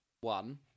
one